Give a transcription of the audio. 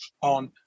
on